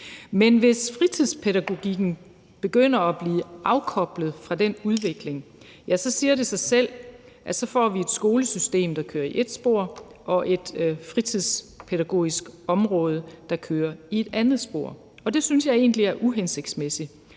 Men hvis fritidspædagogikken begynder at bliver afkoblet fra den udvikling, siger det sig selv, at vi så får et skolesystem, der kører i ét spor, og et fritidspædagogisk område, der kører i et andet spor. Det synes jeg egentlig er uhensigtsmæssigt,